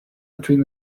between